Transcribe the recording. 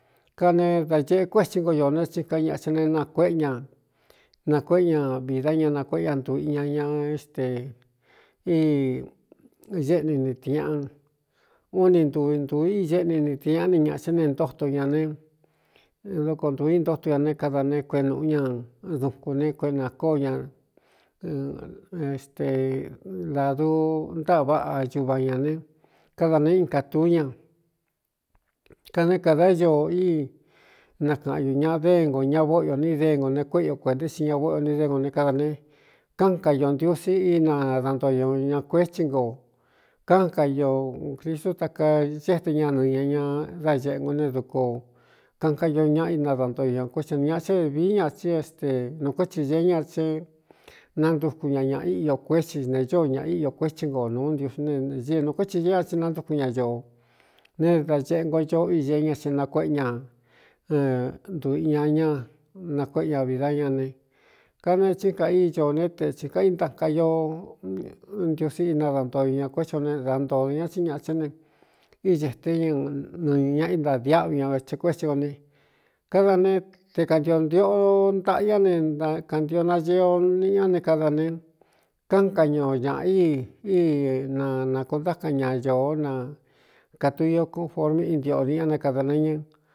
Kane da ñeꞌe kuétsi nko ño ne tsi ka i ñaꞌa ta ne na kuéꞌe ña nakuéꞌe ña vidá ña nakuéꞌe ña ntu i ña ña éste í éꞌni ni tɨñaꞌan un ni ntu intuu í éꞌni ni tɨñaꞌa ni ñaꞌa tá ne ntóto ña ne doko ntūu i ntótu ña ne kada ne kuee nūꞌu ña dukun ne kueꞌe na kóo ñaeste dādu ntáꞌa váꞌa ñuva ñā ne káda ne in kātūú ña ka né kādā ñoo íi na kaꞌanñū ñaꞌ déngo ña vóꞌo o ní dégo ne kuéꞌe o kuēnta i si ña vóꞌō o ni dego ne káda ne káꞌan ka io ntiusí inadantoo ño ña kuétsi nko káan ka o cristu ta ka éte ña nɨɨ ña ña dáñeꞌe ngo ne duko kaꞌanka io ñaꞌa i nadantoo o ñā kuétsɨ n ñāꞌa tán vií ñaꞌ tsí este nuɨ kuétsi se ñar tsé nantuku ña ñaꞌa íꞌo kuétsi ne ñóo ñaꞌ íꞌo kuétsí nko nūu ntiusí neee nū kuétsi é a tsi nantúkun ña ñoo ne da ñeꞌe ngo ño iñ ña xe nakuéꞌe ña ntu i ña ñá nakuéꞌe ña vidá ña ne kada né tsín ka í ño ne te tsī kan í ntaka io ntiusí inadantoo o ña kuétsi o ne dantōo o ña tsíin ñaꞌa tsán ne í sēte ña nɨ ñaꞌa ntadiáꞌva ña the kuétsi o ne káda ne te kāntio ntiꞌo ntaꞌa ñá ne kāntio nañeo n ña ne kada ne káan ka ño ñāꞌa i íi na nākontákan ña ñōó na kātu io kuforme íntiꞌo ni ñá ne kada ne ñɨ.